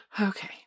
Okay